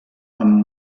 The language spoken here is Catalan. amb